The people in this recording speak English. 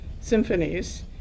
Symphonies